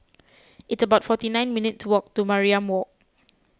it's about forty nine minutes' walk to Mariam Walk